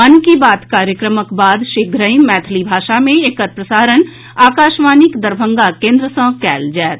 मन की बात कार्यक्रमक बाद शीघ्रहि मैथिली भाषा मे एकर प्रसारण आकाशवाणीक दरभंगा केन्द्र सँ कयल जायत